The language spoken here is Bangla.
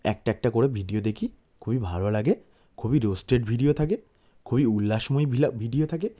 একটা একটা করে ভিডিও দেখি খুবই ভালো লাগে খুবই রোস্টেড ভিডিও থাকে খুবই উল্লাসময় ভিডিও থাকে